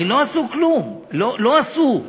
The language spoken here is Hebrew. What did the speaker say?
הרי לא עשו כלום, לא עשו,